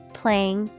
playing